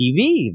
TV